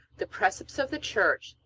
the precepts of the church,